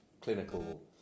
clinical